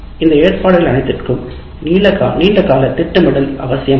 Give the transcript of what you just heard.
இந்த ஏற்பாடுகள் அனைத்திற்கும் நீண்ட கால திட்டமிடல் அவசியமாகும்